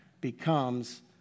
becomes